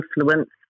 influence